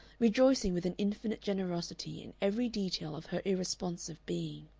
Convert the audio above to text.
rejoicing with an infinite generosity in every detail of her irresponsive being.